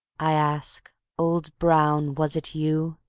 i ask old brown, was it you?